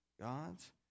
God's